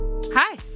Hi